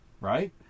right